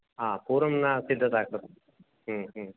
आ पूर्वं न सिद्धतां कृतं ह्म् ह्म्